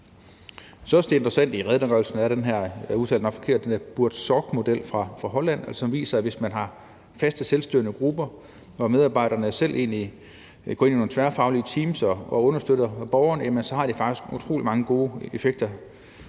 den her – og jeg udtaler det nok forkert – Buurtzorgmodel fra Holland, som viser, at hvis man har faste selvstyrende grupper, hvor medarbejderne selv går ind i nogle tværfaglige teams og understøtter borgerne, har det faktisk utrolig mange gode effekter,